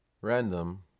Random